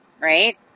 right